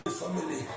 family